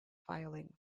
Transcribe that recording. filing